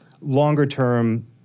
longer-term